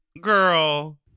girl